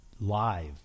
live